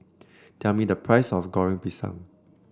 tell me the price of Goreng Pisang